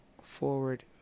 forward